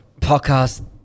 podcast